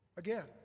Again